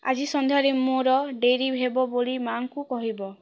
ଆଜି ସନ୍ଧ୍ୟାରେ ମୋର ଡେରି ହେବ ବୋଲି ମାଆଙ୍କୁ କହିବ